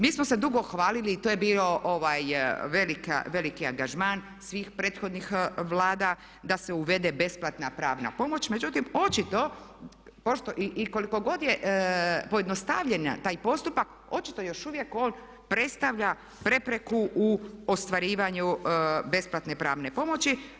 Mi smo se dugo hvalili i to je bio veliki angažman svih prethodnih Vlada da se uvede besplatna pravna pomoć, međutim očito i koliko god je pojednostavljen taj postupak očito još uvijek on predstavlja prepreku u ostvarivanju besplatne pravne pomoći.